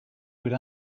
would